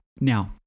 Now